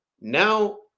now